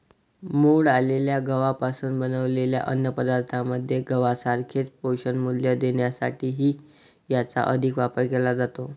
मोड आलेल्या गव्हापासून बनवलेल्या अन्नपदार्थांमध्ये गव्हासारखेच पोषणमूल्य देण्यासाठीही याचा अधिक वापर केला जातो